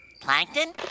Plankton